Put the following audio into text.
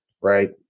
right